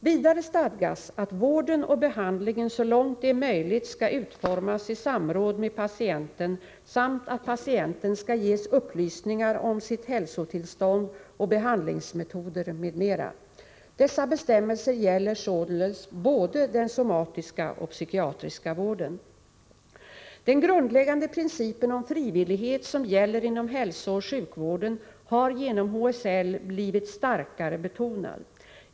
Vidare stadgas att vården och behandlingen så långt det är möjligt skall utformas i samråd med patienten samt att patienten skall ges upplysningar om sitt hälsotillstånd och behandlingsmetoder m.m. Dessa bestämmelser gäller således både den somatiska och den psykiatriska vården. Den grundläggande principen om frivillighet som gäller inom hälsooch sjukvården har genom HSL blivit starkare betonad.